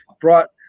brought